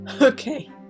Okay